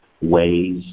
ways